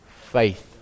faith